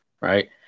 right